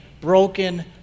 broken